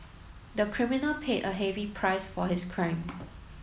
the criminal paid a heavy price for his crime